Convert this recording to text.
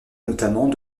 notamment